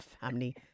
family